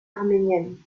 arménienne